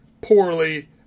poorly